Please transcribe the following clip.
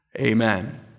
Amen